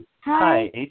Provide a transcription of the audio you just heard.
Hi